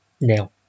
now